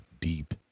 deep